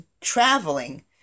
traveling